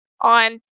on